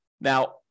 Now